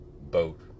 boat